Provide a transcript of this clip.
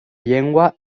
llengua